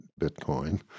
Bitcoin